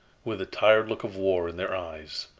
with the tired look of war in their eyes.